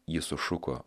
jis sušuko